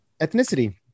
ethnicity